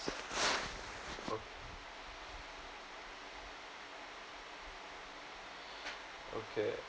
okay